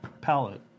palette